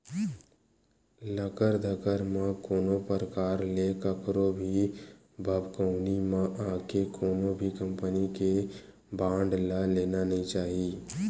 लकर धकर म कोनो परकार ले कखरो भी भभकउनी म आके कोनो भी कंपनी के बांड ल लेना नइ चाही